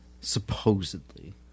Supposedly